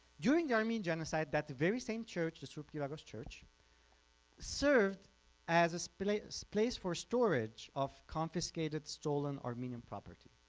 during the armenian genocide that very same church, the sourp giragos church served as a so place place for storage of confiscated stolen armenian property.